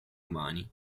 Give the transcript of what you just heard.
umani